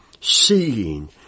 seeing